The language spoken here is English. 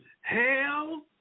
hell